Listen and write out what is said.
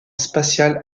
spatial